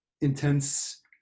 intense